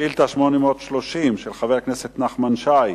שאילתא מס' 830, של חבר הכנסת נחמן שי,